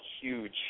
huge